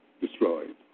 destroyed